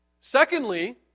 Secondly